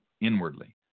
inwardly